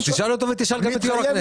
אז תשאל אותו, ותשאל גם את יו"ר הכנסת